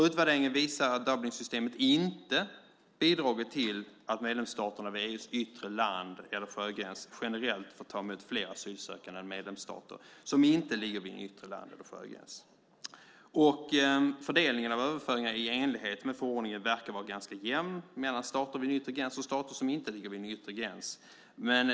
Utvärderingen visar att Dublinsystemet inte bidragit till att medlemsstaterna vid EU:s yttre land eller sjögräns generellt får ta emot fler asylsökande än medlemsstater som inte ligger vid en yttre land eller sjögräns. Fördelningen av överföringar i enlighet med förordningen verkar vara ganska jämn mellan stater vid en yttre gräns och stater som inte ligger vid en yttre gräns.